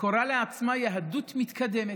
קוראת לעצמה "יהדות מתקדמת".